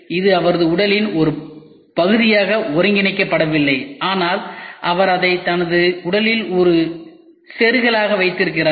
இது அவரது உடலின் ஒரு பகுதியாக ஒருங்கிணைக்கப்படவில்லை ஆனால் அவர் அதை தனது உடலில் ஒரு செருகலாக வைத்திருக்கிறார்